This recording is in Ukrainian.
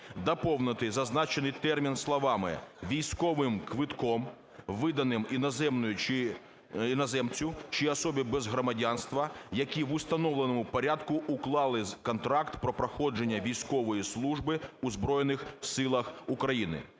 Доповнити зазначений термін словами: "військовим квитком, виданим іноземцю чи особі без громадянства, які в установленому порядку уклали контракт про проходження військової служби у Збройних Силах України".